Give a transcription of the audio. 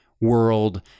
world